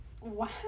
Wow